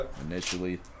initially